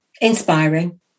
inspiring